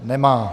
Nemá.